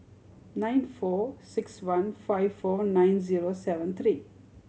nine four six one five four nine zero seven three